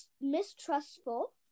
mistrustful